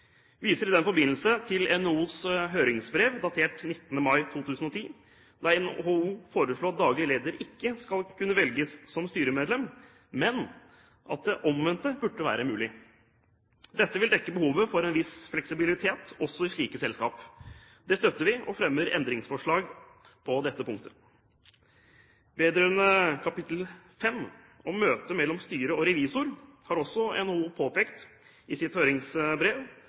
viser i den forbindelse til NHOs høringsbrev, datert 19. mai 2010, der NHO foreslår at daglig leder ikke skal kunne velges som styremedlem, men at det omvendte burde være mulig. Dette vil dekke behovet for en viss fleksibilitet også i slike selskaper. Det støtter vi, og vi fremmer endringsforslag om dette punktet. Vedrørende proposisjonens kapittel 5, om møte mellom styre og revisor, har også NHO påpekt i sitt høringsbrev